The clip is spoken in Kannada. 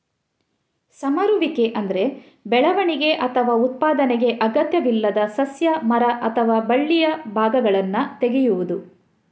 ಸಮರುವಿಕೆ ಅಂದ್ರೆ ಬೆಳವಣಿಗೆ ಅಥವಾ ಉತ್ಪಾದನೆಗೆ ಅಗತ್ಯವಿಲ್ಲದ ಸಸ್ಯ, ಮರ ಅಥವಾ ಬಳ್ಳಿಯ ಭಾಗಗಳನ್ನ ತೆಗೆಯುದು